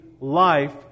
life